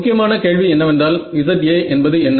முக்கியமான கேள்வி என்னவென்றால் Za என்பது என்ன